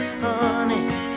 honey